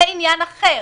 זה עניין אחר.